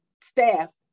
staff